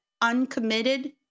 uncommitted